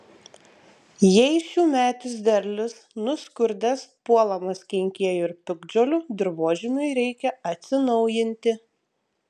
jei šiųmetis derlius nuskurdęs puolamas kenkėjų ir piktžolių dirvožemiui reikia atsinaujinti